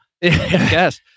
Yes